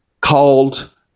called